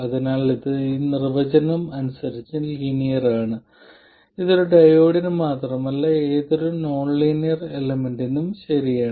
അതിനാൽ ഇത് നിർവചനം അനുസരിച്ച് ലീനിയർ ആണ് ഇത് ഒരു ഡയോഡിന് മാത്രമല്ല ഏതൊരു നോൺലീനിയർ എലമെന്റിനും ശരിയാണ്